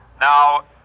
Now